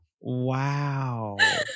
Wow